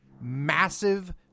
massive